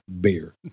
Beer